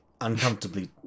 uncomfortably